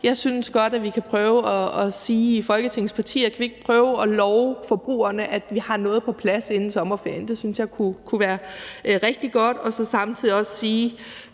Jeg synes godt, at vi i Folketingets partier kan sige: Skal vi ikke prøve at love forbrugerne, at vi har noget på plads inden sommerferien? Det synes jeg kunne være rigtig godt – også samtidig at sige,